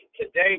today